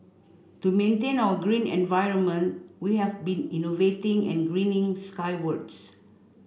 to maintain our green environment we have been innovating and greening skywards